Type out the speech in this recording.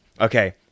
Okay